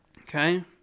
Okay